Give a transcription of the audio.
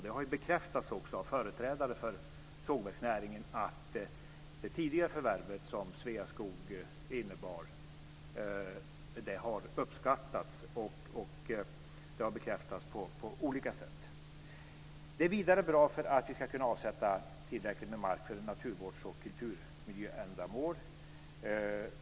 Det har också bekräftats av företrädare för sågverksnäringen att det tidigare förvärvet som Sveaskog innebar har uppskattats. Det är vidare bra att vi ska kunna avsätta tillräckligt med mark för naturvårds och kulturmiljöändamål.